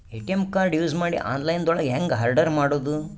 ATM card use ಮಾಡಿ online ದೊಳಗೆ ಹೆಂಗ್ ಆರ್ಡರ್ ಮಾಡುದು?